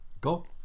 go